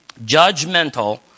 Judgmental